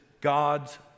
God's